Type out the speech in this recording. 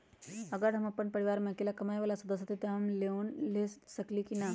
अगर हम अपन परिवार में अकेला कमाये वाला सदस्य हती त हम लोन ले सकेली की न?